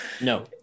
No